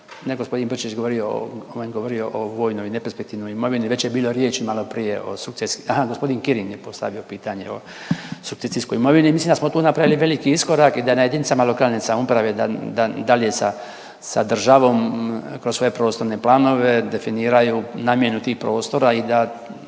govorio on je govorio o vojnoj neperspektivnoj imovini već je bilo riječi maloprije o sukcesiji, aha g. Kirin je postavio pitanje o sukcesijskoj imovini i mislim da smo tu napravili veliki iskorak i da je na jedinicama lokalne samouprave da dalje sa državom kroz svoje prostorne planove definiraju namjenu tih prostora i da